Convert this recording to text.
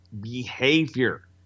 behavior